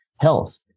health